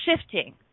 shifting